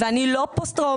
ואני לא פוסט-טראומתית.